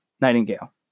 Nightingale